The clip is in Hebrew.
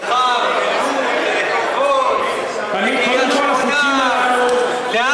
תעשו חוק כזה לירוחם,